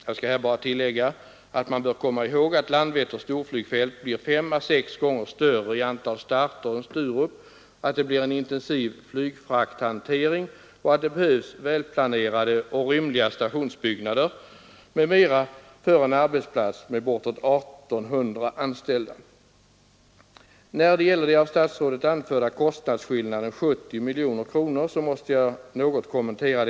Jag skall här bara tillägga att man bör komma ihåg att Landvetters storflygfält blir fem å sex gånger större i fråga om antalet starter än Sturup, att det blir en intensiv flygfrakthantering och att det behövs välplanerade och rymliga stationsbyggnader m.m. för en arbetsplats med bortåt 1 800 anställda. Den av statsrådet anförda kostnadsskillnaden, 70 miljoner kronor, måste jag något kommentera.